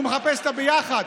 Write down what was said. הוא מחפש את הביחד,